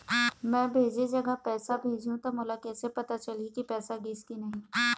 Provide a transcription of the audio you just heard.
मैं भेजे जगह पैसा भेजहूं त मोला कैसे पता चलही की पैसा गिस कि नहीं?